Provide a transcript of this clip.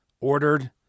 ordered